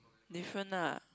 different lah